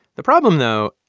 the problem, though,